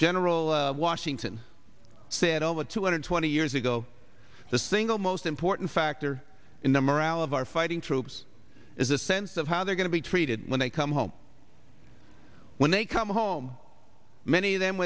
general washington said all the two hundred twenty years ago the single most important factor in the morale of our fighting troops is a sense of how they're going to be treated when they come home when they we come home many of them